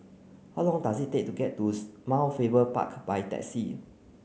how long does it take to get to Mount Faber Park by taxi